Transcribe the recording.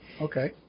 Okay